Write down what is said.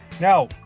Now